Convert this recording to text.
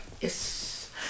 yes